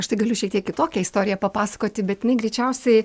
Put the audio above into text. aš tai galiu šiek tiek kitokią istoriją papasakoti bet jinai greičiausiai